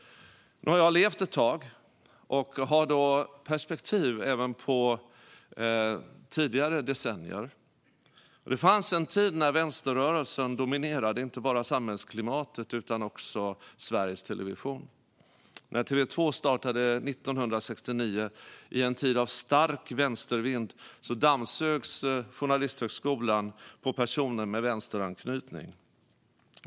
Nu har jag levt ett tag och har perspektiv även på tidigare decennier. Det fanns en tid när vänsterrörelsen dominerade, inte bara samhällsklimatet utan också Sveriges television. När TV2 startade 1969 i en tid av stark vänstervind dammsögs Journalisthögskolan på personer med vänsteranknytning.